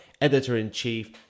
Editor-in-Chief